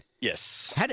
Yes